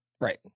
Right